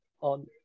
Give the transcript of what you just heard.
On